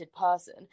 person